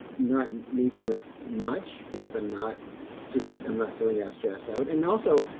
not need them as much because i'm not just, i'm not feeling as stressed out. and, also,